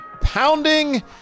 pounding